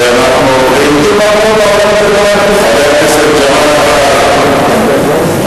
אנחנו עוברים לחבר הכנסת ג'מאל זחאלקה.